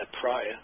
prior